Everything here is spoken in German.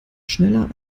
schneller